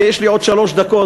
כי יש לי עוד שלוש דקות,